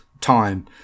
Time